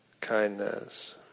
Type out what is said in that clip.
kindness